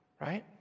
right